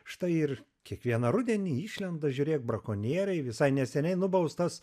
štai ir kiekvieną rudenį išlenda žiūrėk brakonieriai visai neseniai nubaustas